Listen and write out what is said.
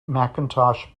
macintosh